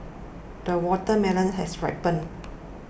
the watermelon has ripened